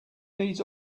needs